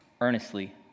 earnestly